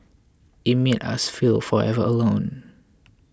it made us feel forever alone